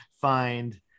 find